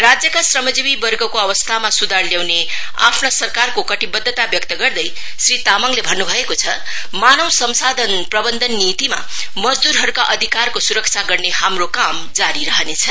राज्यका श्रमजीवी वर्गको अवस्थामा सुधार ल्याउने आफ्ना सरकारको कुटिबढ्वता व्यक्त गर्दै श्री तामाङले भन्नुभएको छ मानव संसाधन प्रवन्धन नीतिमा मजदूरहरुका अधिकारको सुरक्षा गर्ने हाम्रो काम जारी रहनेछ